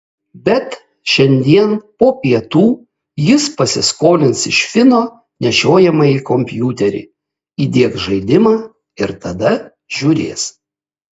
bet šiandien po pietų jis pasiskolins iš fino nešiojamąjį kompiuterį įdiegs žaidimą ir tada žiūrės